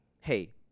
hey